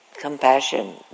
compassion